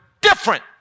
different